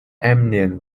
liền